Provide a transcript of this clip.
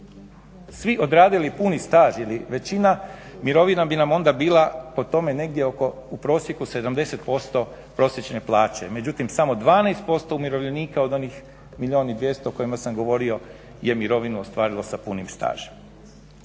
svi odradili puni staž ili većina mirovina bi nam onda bila po tome negdje oko u prosjeku 70% prosječne plaće međutim samo 12% umirovljenika od onih milijun i 200 o kojima sam govorio je mirovinu ostvarilo sa punim stažom.